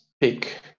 pick